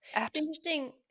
interesting